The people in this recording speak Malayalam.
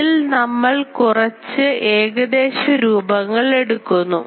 ഇതിൽ നമ്മൾ കുറച്ച് ഏകദേശം രൂപങ്ങൾ എടുക്കുന്നു